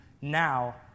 now